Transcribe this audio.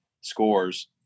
scores